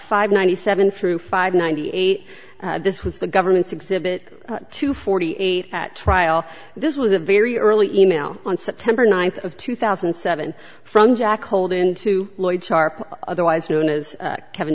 five ninety seven through five ninety eight this was the government's exhibit two forty eight at trial this was a very early e mail on september ninth of two thousand and seven from jack hold in to lloyd sharp otherwise known as kevin